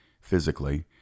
physically